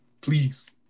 please